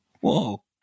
whoa